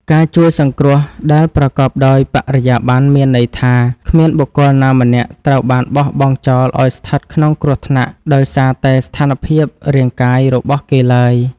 ការជួយសង្គ្រោះដែលប្រកបដោយបរិយាបន្នមានន័យថា គ្មានបុគ្គលណាម្នាក់ត្រូវបានបោះបង់ចោលឱ្យស្ថិតក្នុងគ្រោះថ្នាក់ដោយសារតែស្ថានភាពរាងកាយរបស់គេឡើយ។